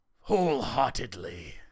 wholeheartedly